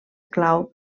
clau